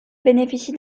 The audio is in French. bénéficient